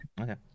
Okay